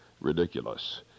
Ridiculous